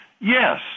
yes